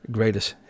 Greatest